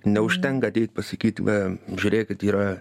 neužtenka ateit pasakyt va žiūrėkit yra